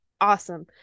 awesome